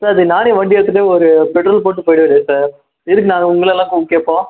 sir அது நானே வண்டியை எடுத்துகிட்டு போய் ஒரு பெட்ரோல் போட்டு போயிடுவேனே சார் எதுக்கு நான் அதை உங்களெலாம் கேட்போம்